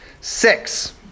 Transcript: six